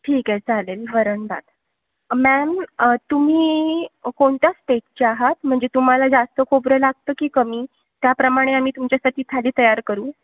ठीक आहे चालेल वरणभात मॅम तुम्ही कोणत्या स्टेटच्या आहात म्हणजे तुम्हाला जास्त खोबरं लागतं की कमी त्याप्रमाणे आम्ही तुमच्यासाठी थाळी तयार करू